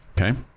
Okay